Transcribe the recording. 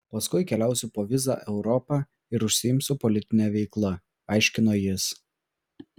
paskui keliausiu po vizą europą ir užsiimsiu politine veikla aiškino jis